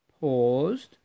paused